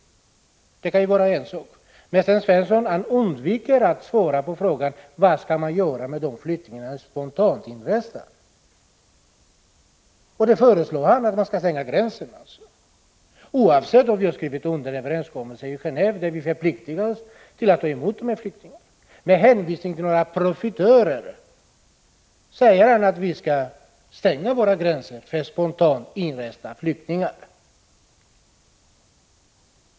Det kan ju vara en sak. Men Sten Svensson undviker att svara på frågan, vad vi då skall göra med de spontant inresta flyktingarna. Han föreslår alltså att vi skall stänga gränsen, trots att vi har skrivit under Geneveöverenskommelsen, där vi förpliktar oss att ta emot dessa flyktingar. Med hänvisning till några profitörer säger han att vi skall stänga våra gränser för spontant inresta flyktingar.